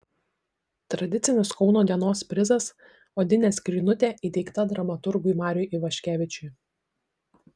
tradicinis kauno dienos prizas odinė skrynutė įteikta dramaturgui mariui ivaškevičiui